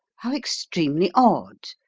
how extremely odd!